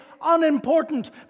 unimportant